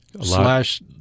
slash